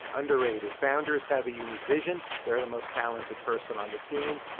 underrated. founders have a unique vision. they're the most talented person on the scene.